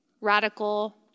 radical